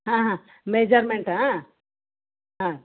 ಆಂ ಹಾಂ ಮೆಜರ್ಮೆಂಟಾ ಹಾಂ